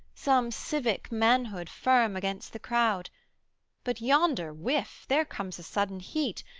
some civic manhood firm against the crowd but yonder, whiff! there comes a sudden heat,